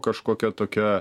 kažkokia tokia